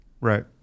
Right